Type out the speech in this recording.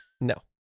No